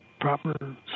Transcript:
proper